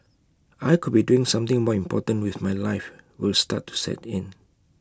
I could be doing something more important with my life will start to set in